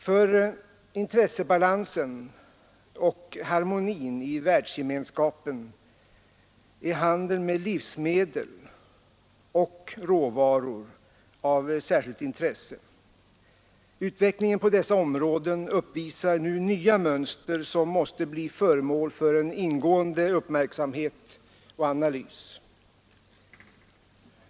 För intressebalansen och harmonin i världsgemenskapen är handeln med livsmedel och råvaror av särskilt intresse. Utvecklingen på dessa områden uppvisar nu nya mönster, som måste bli föremål för ingående uppmärksamhet och analys.